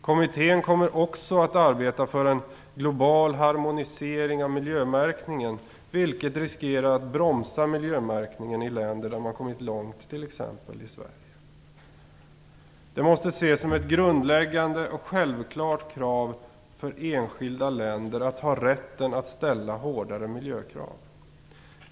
Kommittén kommer också att arbeta för en global harmonisering av miljömärkningen, vilket riskerar att bromsa miljömärkningen i länder där man kommit långt - t.ex. i Sverige. Det måste ses som ett grundläggande och självklart krav för enskilda länder att ha rätten att ställa hårdare miljökrav.